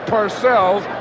Parcells